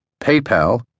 PayPal